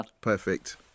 Perfect